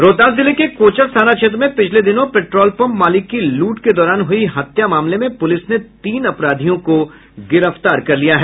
रोहतास जिले के कोचस थाना क्षेत्र में पिछले दिनों पेट्रोल पम्प मालिक की लूट के दौरान हुई हत्या मामले में पुलिस ने तीन अपराधियों को गिरफ्तार कर लिया है